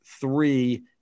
three